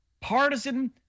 partisan